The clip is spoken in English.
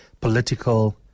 political